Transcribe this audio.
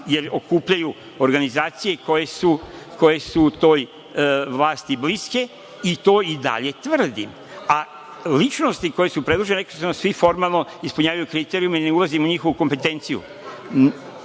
jer okupljaju organizacije koje su toj vlasti bliske i to i dalje tvrdim, a ličnosti koje su predložene rekli smo da svi formalno ispunjavaju kriterijume i ne ulazim u njihovu kompetenciju,